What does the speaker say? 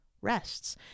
Rests